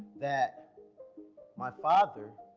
that my father